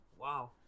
Wow